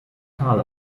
tal